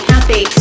Happy